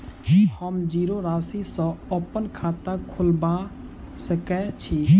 हम जीरो राशि सँ अप्पन खाता खोलबा सकै छी?